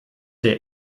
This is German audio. der